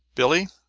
billie,